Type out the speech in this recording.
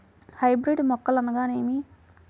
Hybrid మొక్కలు అనగానేమి?